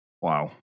Wow